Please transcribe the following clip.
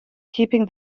keeping